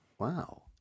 Wow